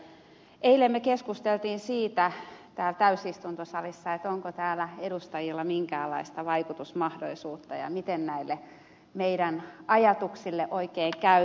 eilen me keskustelimme siitä täällä täysistuntosalissa onko edustajilla minkäänlaista vaikutusmahdollisuutta ja miten näille ajatuksillemme oikein käy